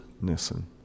nissen